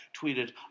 tweeted